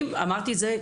אמרתי את זה,